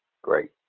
great.